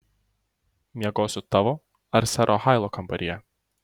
miegosiu tavo ar sero hailo kambaryje